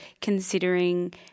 considering